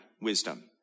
wisdom